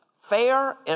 fair